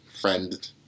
friend